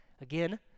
Again